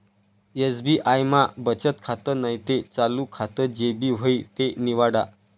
SBI मा बचत खातं नैते चालू खातं जे भी व्हयी ते निवाडा